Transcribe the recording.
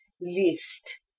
list